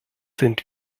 sind